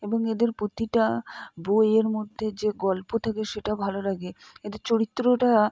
এবং এদের প্রতিটা বইয়ের মধ্যে যে গল্প থাকে সেটা ভালো লাগে এদের চরিত্রটা